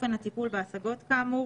אופן הטיפול בהשגות כאמור,